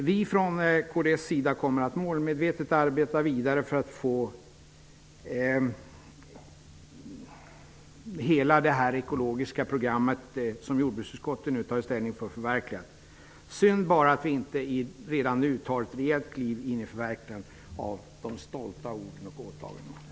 Vi från kds sida kommer att målmedvetet arbeta vidare för att få hela det ekologiska program som jordbruksutskottet har tagit ställning för förverkligat. Synd bara att vi inte redan nu tar ett rejält kliv in i förverkligandet av de stolta orden och åtagandena.